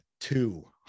two